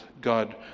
God